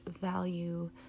value